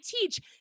teach